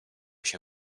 się